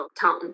tone